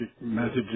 messages